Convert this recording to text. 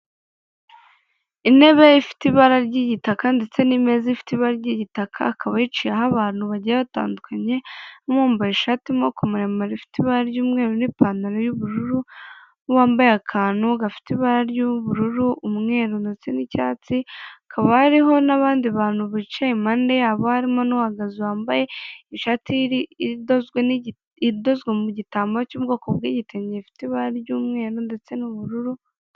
Intebe ifite ibara ry'igitaka ndetse n'imeza ifite ibara ry'igitaka, akaba yicayeho abantu bagiye batandukanye n'uwambaye ishati y’amaboko maremare ifite ibara ry'umweru n'ipantaro y'ubururu, n'uwambaye akantu gafite ibara ry'ubururu, umweru ndetse n'icyatsi, hakaba hariho n'abandi bantu bicaye impande yabo, harimo n'uhagaze wambaye ishati idozwe mu gitambaro cy'ubwoko bw'igitenge gifite ibara ry'umweru ndetse n'ubururu.